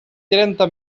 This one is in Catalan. trenta